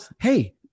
hey